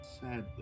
Sadly